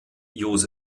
jos